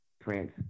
Prince